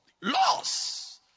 Loss